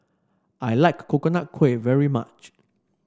I like Coconut Kuih very much